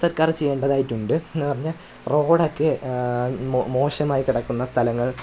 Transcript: സർക്കാർ ചെയ്യേണ്ടതായിട്ടുണ്ട് എന്ന് പറഞ്ഞ റോഡൊക്കെ മോശമായി കിടക്കുന്ന സ്ഥലങ്ങൾ